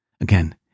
again